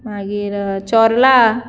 मागीर चोर्ला